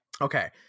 Okay